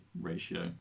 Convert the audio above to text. ratio